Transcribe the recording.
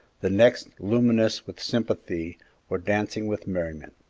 the next luminous with sympathy or dancing with merriment.